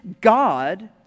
God